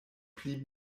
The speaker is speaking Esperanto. pli